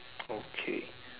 okay